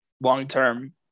long-term